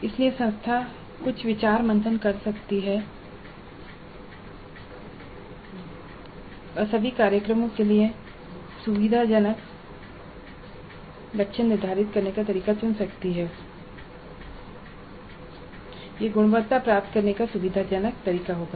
इसलिए संस्था कुछ विचार मंथन कर सकती है और सभी कार्यक्रमों में सभी पाठ्यक्रमों के लिए लक्ष्य निर्धारित करने का एक तरीका चुन सकती है और यह गुणवत्ता प्राप्त करने का एक सुविधाजनक तरीका होगा